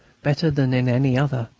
better than in any other,